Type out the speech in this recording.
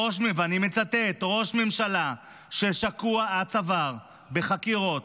ואני מצטט: ראש ממשלה ששקוע עד צוואר בחקירות,